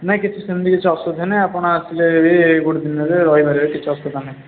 ନାହିଁ କିଛି ସେମିତି କିଛି ଅସୁବିଧା ନାହିଁ ଆପଣ ଆସିଲେ ବି ଗୋଟେ ଦିନରେ ରହି ପାରିବେ କିଛି ଅସୁବିଧା ନାହିଁ